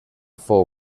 fou